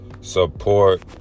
support